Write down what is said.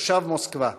תושב מוסקבה.